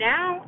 Now